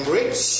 rich